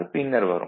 அது பின்னர் வரும்